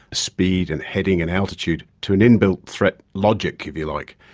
speed and heading and altitude to an inbuilt threat logic, if you like.